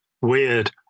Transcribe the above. weird